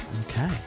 Okay